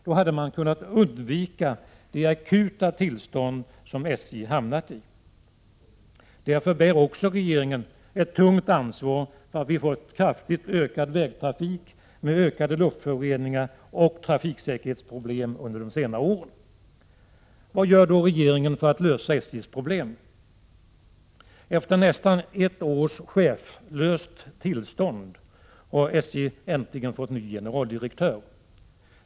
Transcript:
Då hade man kunnat undvika det akuta tillstånd som SJ hamnat i. Därför bär också regeringen ett tungt ansvar för att vi fått en kraftigt ökad vägtrafik med ökade luftföroreningar och trafiksäkerhetsproblem under senare år. Vad gör regeringen för att lösa SJ:s problem? Efter nästan ett år utan chef har SJ äntligen fått en ny generaldirektör.